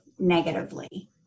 negatively